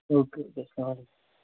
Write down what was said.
او کے اسلام علیکُم